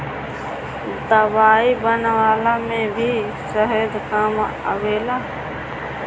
दवाई बनवला में भी शहद काम आवेला